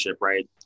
right